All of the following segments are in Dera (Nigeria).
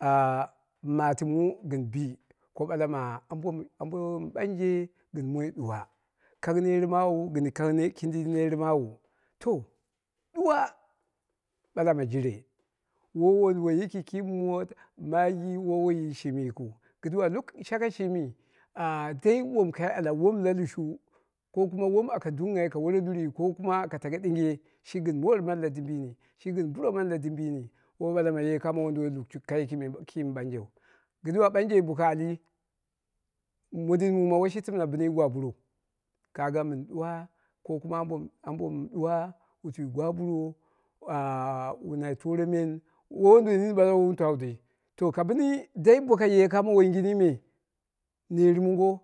Ɨ matɨmu gɨn bi ko ɓala ma ambo ambom ɓanje gɨn moi dpuwa, kang net maawu gɨn kindi kang net maawu, to ɗuwa ɓala ma jire, woi wonduwoi yiki ki moot, maggi, woi woiyi shimi yikiu kɨduwa lokashi shakai shimi ah dai wom kai ala wom la lushu ko kuma wom aka dungghai ka wore dirrii ko kuma ka tako ɗinge, shi gɨn moot mani la dimbini, shi gɨn buro mani la dimbini woi ɓala ma kamo won duwoi lukshukka ki mɨ banjen, kɨdda ɓanje boko ati mondin mu ma woi shi tɨmna bɨn yi gwaburou, ka ga mɨn ɗuwa ko kuwa ambo mɨn ɗuwa gwaburo ah ah wu nai toro men woi wonduwoi nini wowun twau dai to ka bɨn dai boko kamo woiyingini me nermongo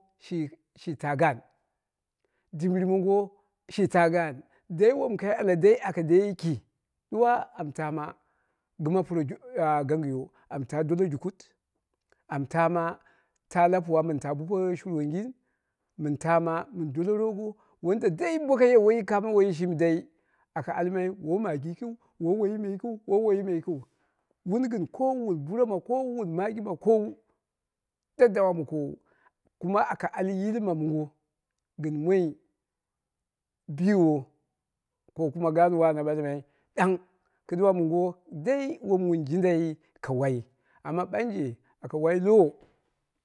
shi taa gaan, dimbɨri mongo shi taa gaan dai wom kai ala dei aka deiyiki ɗuwa am taama gɨma puro ah gangiyo am dole jakut am taama ta lapuwo bo koɓe sharwongit mɨn taam mɨn dole rogo dai boye kamo woi yi shimi dai, aka almai woi maggi yikiu, woi woiyi me yikiu, woi woiyi me yikiu wuni gɨn koowu wun buro ma koowu wun maggi ma koowu, daddawa ma koowiu kuma aka yilma mongo gɨn moi biwo ko kuma gaan wo ana ɓalmai ɗang kɨduwa mongo dai wom wun jindaiyi ka wai amma ɓanje aka wai lowo.